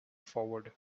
forward